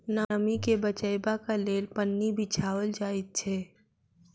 नमीं के बचयबाक लेल पन्नी बिछाओल जाइत छै